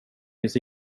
finns